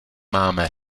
máme